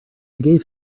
gave